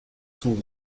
sont